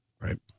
Right